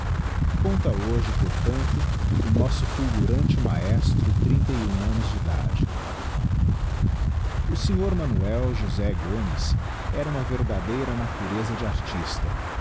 conta hoje portanto o nosso fulgurante maestro trinta e humanos de idade o sr manoel josé gomes era uma verdadeira natureza de artista